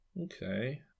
Okay